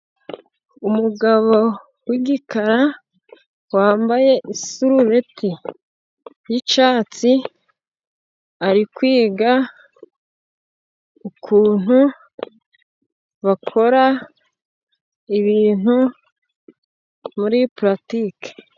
Umugabo w'igikara wambaye isurubeti yicyatsi ari kwiga ukuntu bakora ibintu muri puratike.